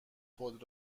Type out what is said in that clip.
خود